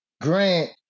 Grant